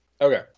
Okay